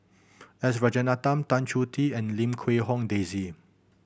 S Rajaratnam Tan Choh Tee and Lim Quee Hong Daisy